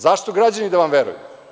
Zašto građani da vam veruju?